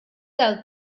del